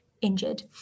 injured